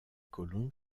colons